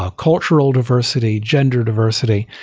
ah cultural diversity, gender diversity.